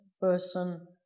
person